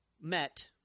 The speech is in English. met